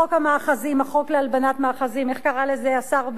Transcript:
החוק שאנחנו קוראים לו בגדול,